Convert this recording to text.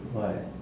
why